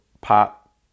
pop